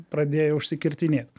pradėjo išsikirtinėt